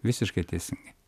visiškai teisingai